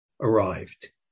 arrived